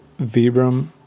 Vibram